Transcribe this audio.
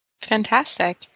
Fantastic